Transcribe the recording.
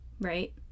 right